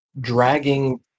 dragging